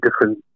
different